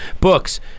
Books